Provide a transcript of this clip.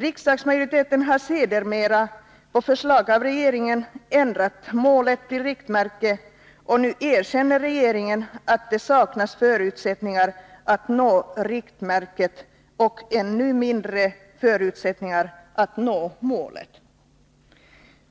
Riksdagsmajoriteten har sedermera — på förslag av regeringen — ändrat målet till riktmärke, och nu erkänner regeringen att det saknas förutsättningar att nå riktmärket och ännu mindre förutsättningar att nå målet.